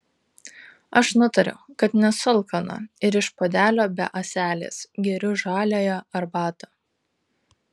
aš nutariu kad nesu alkana ir iš puodelio be ąselės geriu žaliąją arbatą